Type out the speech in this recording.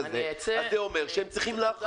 זה היה קרב גדול בכלל שהם יופיעו היום.